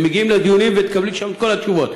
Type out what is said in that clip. הם מגיעים לדיונים, ותקבלי שם את כל התשובות.